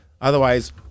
Otherwise